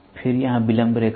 फिर यहाँ विलंब रेखा